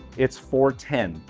it's four ten.